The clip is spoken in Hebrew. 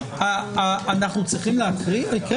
אנחנו צריכים להקריא את הסעיף דרכי תעמולה?